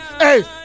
Hey